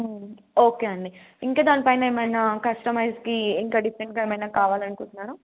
okay అండి ఇంకా దానిపైన ఏమైనా కస్టమైస్కి ఇంకా డిఫరెంట్గా ఏమైనా కావాలనుకుంటున్నారా